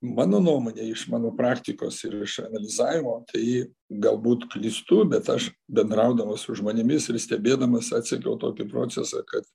mano nuomone iš mano praktikos ir iš analizavimo tai galbūt klystu bet aš bendraudamas su žmonėmis ir stebėdamas atsekiau tokį procesą kad